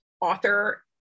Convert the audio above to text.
author